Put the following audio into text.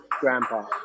grandpa